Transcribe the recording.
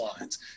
lines